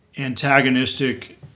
Antagonistic